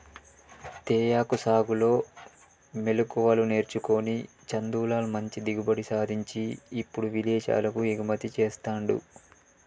తేయాకు సాగులో మెళుకువలు నేర్చుకొని చందులాల్ మంచి దిగుబడి సాధించి ఇప్పుడు విదేశాలకు ఎగుమతి చెస్తాండు